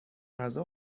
غذا